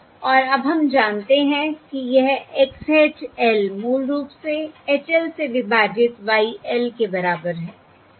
और अब हम जानते हैं कि यह X hat l मूल रूप से H l से विभाजित Y l के बराबर है